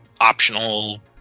optional